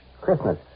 Christmas